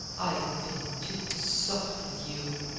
i've been too soft with you,